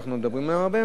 שאנחנו מדברים עליהם הרבה,